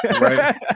Right